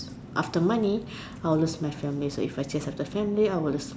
after money I will lose family after family I will have to lose money